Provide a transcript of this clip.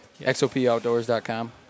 XOPOutdoors.com